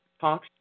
talk